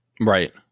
Right